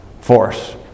force